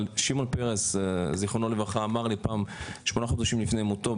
שמעון פרס זכרונו לברכה בראיון שמונה חודשים לפני מותו